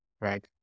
right